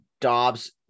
Dobbs